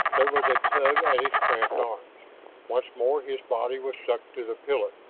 there was a tug at his cramped arms once more his body was sucked to the pillar.